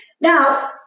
Now